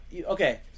Okay